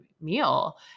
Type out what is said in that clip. meal